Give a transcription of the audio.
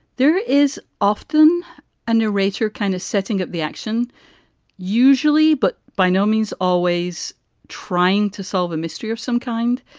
there is often a narrator kind of setting up the action usually, but by no means always trying to solve a mystery of some kind.